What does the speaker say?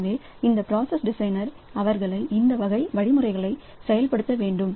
எனவே இந்த பிராசஸ்டிசைனர் அவர்கள் இந்த வகை வழிமுறைகளை செயல்படுத்த வேண்டும்